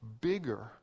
bigger